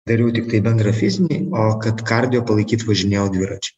dariau tiktai bendrą fizinį o kad kardijo palaikyt važinėjau dviračiu